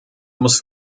muss